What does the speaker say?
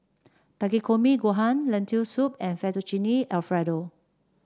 Takikomi Gohan Lentil Soup and Fettuccine Alfredo